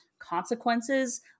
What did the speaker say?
Consequences